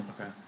Okay